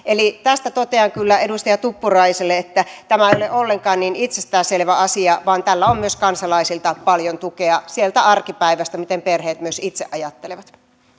eli tästä totean kyllä edustaja tuppuraiselle että tämä ei ole ollenkaan niin itsestään selvä asia vaan tällä on myös kansalaisilta paljon tukea sieltä arkipäivästä miten perheet myös itse ajattelevat